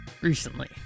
recently